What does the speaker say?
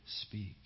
speak